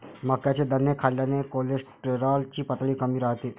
मक्याचे दाणे खाल्ल्याने कोलेस्टेरॉल ची पातळी कमी राहते